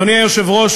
אדוני היושב-ראש,